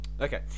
Okay